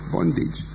Bondage